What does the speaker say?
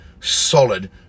solid